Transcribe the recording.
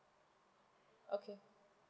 okay